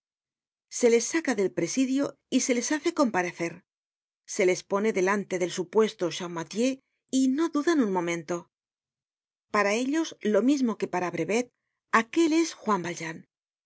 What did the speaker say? se les saca del presidio y se les hace comparecer se les pone delante del supuesto champmathieu y no dudan un momento para ellos lo mismo qué para brevet aquel es juan valjean